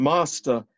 Master